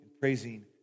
praising